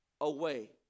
away